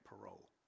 parole